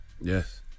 Yes